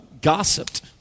gossiped